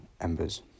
embers